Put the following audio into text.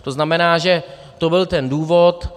To znamená, to byl ten důvod.